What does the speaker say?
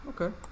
okay